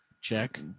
Check